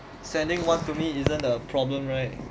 sending one to me isn't a problem right